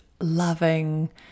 loving